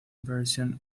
version